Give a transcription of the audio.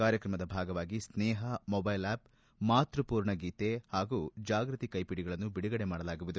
ಕಾರ್ಯಕ್ರಮದ ಭಾಗವಾಗಿ ಸ್ನೇಹ ಮೊಬೈಲ್ ಆ್ಚಪ್ ಮಾತ್ರರ್ಮೂರ್ಣ ಗೀತೆ ಪಾಗೂ ಜಾಗ್ಯತಿ ಕೈಪಿಡಿಗಳನ್ನು ಬಿಡುಗಡೆ ಮಾಡಲಾಗವುದು